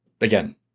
again